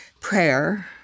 prayer